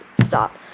stop